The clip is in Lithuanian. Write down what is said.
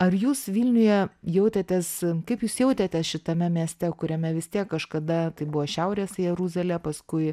ar jūs vilniuje jautėtės kaip jūs jautėtės šitame mieste kuriame vis tiek kažkada tai buvo šiaurės jeruzalė paskui